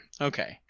Okay